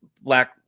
black